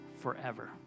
forever